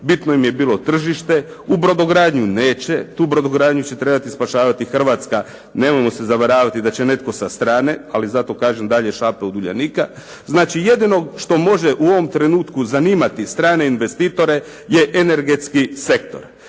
bitno im je bilo tržište, u brodogradnju neće, tu brodogradnju će trebati spašavati Hrvatska. Nemojmo se zavaravati da će netko sa strane. Ali zato kažem dalje ... od Uljanika. Znači jedino što može u ovom trenutku zanimati strane investitore je energetski sektor.